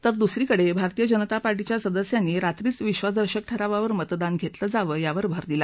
तर दुसरीकडे भारतीय जनता पार्टीच्या सदस्यांनी रात्रीच विश्ववास दर्शक ठरावावर मतदान घेतलं जावं यावर भर दिला